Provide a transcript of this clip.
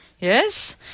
Yes